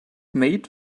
made